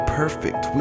perfect